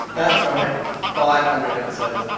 that's where i had five hundred episodes.